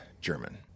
German